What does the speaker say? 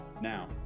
Now